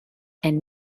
and